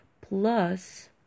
plus